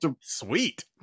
Sweet